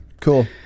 cool